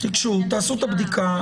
גשו, תעשו את הבדיקה.